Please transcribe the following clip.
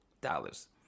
dollars